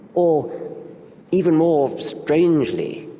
or even more strangely,